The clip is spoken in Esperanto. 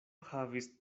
havis